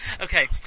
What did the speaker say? Okay